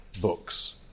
books